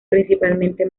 principalmente